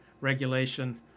regulation